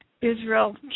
Israel